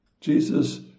Jesus